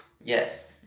Yes